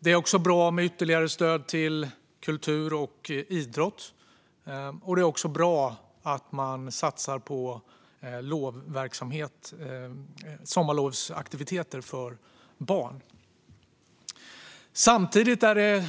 Det är också bra med ytterligare stöd till kultur och idrott, och det är bra att man satsar på sommarlovsaktiviteter för barn. Samtidigt är det